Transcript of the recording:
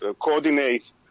coordinate